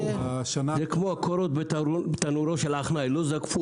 זה כמו הקורות בתנורו של עכנאי: לא זקפו